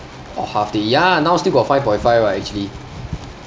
oh half day ya now still got five point five right actually